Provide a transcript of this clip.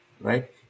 right